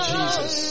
Jesus